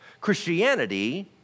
Christianity